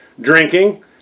drinking